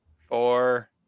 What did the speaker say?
Four